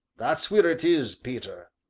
that's wheer it is, peter.